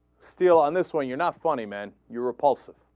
still on this when you're not funny man europe also